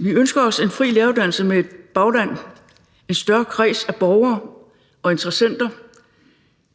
Vi ønsker os en fri læreruddannelse med bagland, en større kreds af borgere og interessenter,